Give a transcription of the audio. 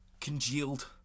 congealed